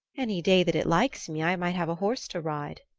any day that it likes me i might have a horse to ride,